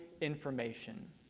information